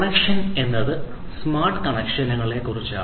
connection എന്നത് smart കണക്ഷനുകളെക്കുറിച്ചാണ്